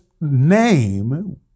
name